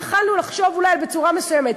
יכולנו לחשוב אולי בצורה מסוימת,